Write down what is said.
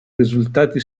risultati